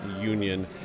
Union